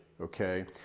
Okay